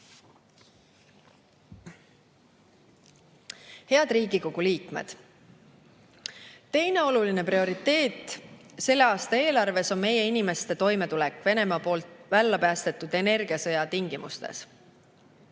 Head Riigikogu liikmed! Teine oluline prioriteet selle aasta eelarves on meie inimeste toimetulek Venemaa vallapäästetud energiasõja tingimustes.